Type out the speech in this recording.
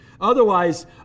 Otherwise